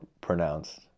pronounced